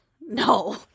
No